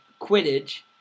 Quidditch